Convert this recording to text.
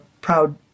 proud